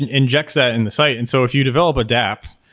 and injects that in the site. and so if you develop adapt,